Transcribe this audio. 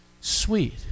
Sweet